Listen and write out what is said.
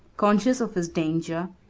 conscious of his danger,